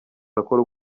arakora